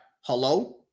Hello